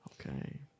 Okay